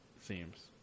seems